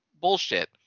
bullshit